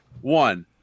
One